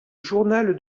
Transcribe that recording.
journal